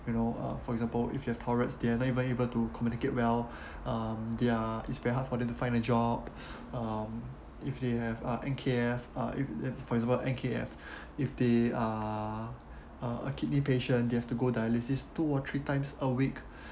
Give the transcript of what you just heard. you know uh for example if you have tourettes they are not even able to communicate well um they're it's very hard for them to find a job um if they have a N_K_F uh if if for example N_K_F if they are a kidney patient they have to go dialysis two or three times a week